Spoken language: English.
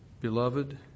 Beloved